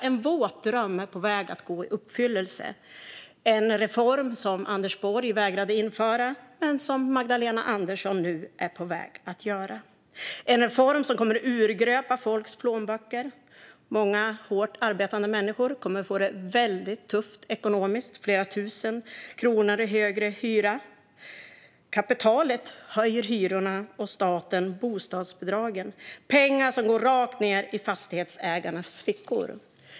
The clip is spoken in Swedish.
En våt dröm är på väg att gå i uppfyllelse. Det är en reform som Anders Borg vägrade att införa men som Magdalena Andersson nu är på väg att genomföra - en reform som kommer att urgröpa folks plånböcker. Många hårt arbetande människor kommer att få det väldigt tufft ekonomiskt med flera tusen kronor i högre hyra. Kapitalet höjer hyrorna och staten bostadsbidragen. Det är pengar som går rakt ned i fastighetsägarnas fickor.